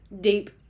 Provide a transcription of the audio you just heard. deep